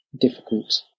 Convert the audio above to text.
difficult